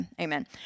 Amen